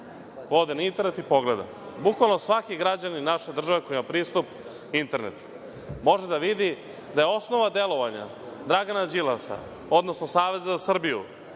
Ode na internet i pogleda. Bukvalno svaki građanin naše države, koji ima pristup internetu, može da vidi da je osnova delovanja Dragana Đilasa, odnosno Saveza za Srbiju,